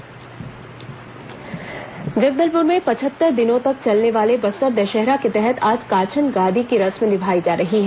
बस्तर दशहरा जगदलपुर में पचहत्तर दिनों तक चलने वाले बस्तर दशहरा के तहत आज काछन गादी की रस्म निभाई जा रही है